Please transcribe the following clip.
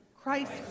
Christ